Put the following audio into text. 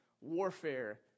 warfare